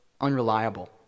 unreliable